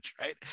right